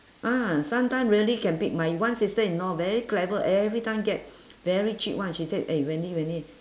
ah sometime really can pick my you one sister in law very clever every time get very cheap [one] she say eh wendy wendy